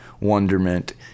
wonderment